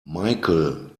michael